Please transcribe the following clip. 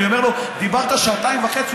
אני אומר לו: דיברת שעתיים וחצי,